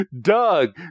Doug